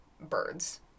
birds